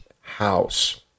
house